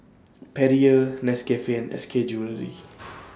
Perrier Nescafe and S K Jewellery